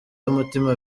y’umutima